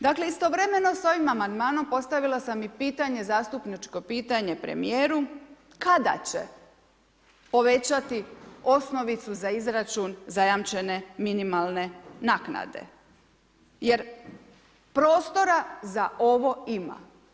Dakle istovremeno s ovim amandmanom postavila sam i pitanje, zastupničko pitanje premijeru kada će povećati osnovicu za izračun zajamčene minimalne naknade jer prostora za ovo ima.